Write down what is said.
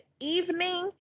evening